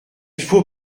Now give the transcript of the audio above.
faut